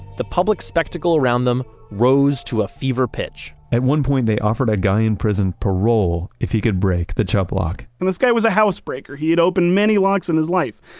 the public spectacle around them rose to a fever pitch at one point they offered a guy in prison parole if he could break the chubb lock and this guy was a housebreaker. he had opened many locks in his life.